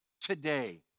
today